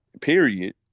period